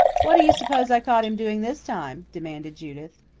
what do you suppose i caught him doing this time? demanded judith.